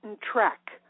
track